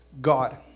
God